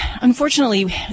Unfortunately